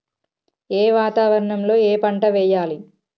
ఏ వాతావరణం లో ఏ పంట వెయ్యాలి?